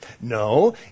No